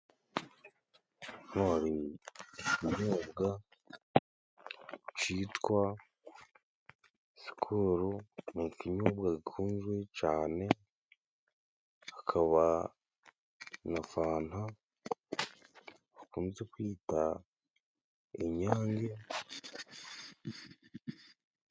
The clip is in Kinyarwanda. Ntwara ikinyobwa cyitwa sikoro, ni ikinyobwa gikunzwe cane akaba na fanta bakunze kwita inyange.